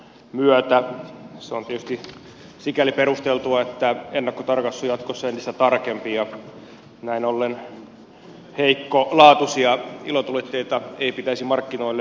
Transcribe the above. se on tietysti sikäli perusteltua että ennakkotarkastus jatkossa on entistä tarkempi ja näin ollen heikkolaatuisia ilotulitteita ei pitäisi markkinoille päästä